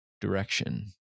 direction